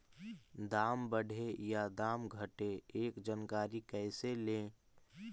दाम बढ़े या दाम घटे ए जानकारी कैसे ले?